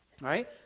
right